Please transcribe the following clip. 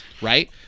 right